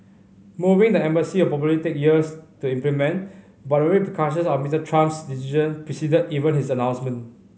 moving the embassy will probably take years to implement but the repercussions of Mister Trump's decision preceded even his announcement